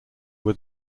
were